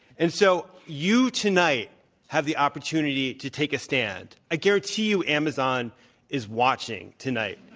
and so, you tonight have the opportunity to take a stand. i guarantee you amazon is watching tonight.